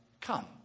come